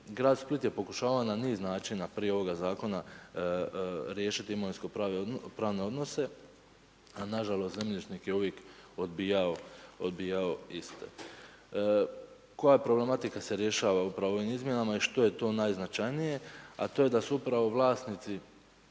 Grad Split je pokušavao na niz načina prije ovoga zakona riješit imovinsko pravne odnose, a nažalost zemljišnik je uvijek odbijao iste. Koja problematika se rješava upravo u ovim izmjenama i što je to najznačajnije, a to je da su upravo vlasnici